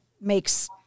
makes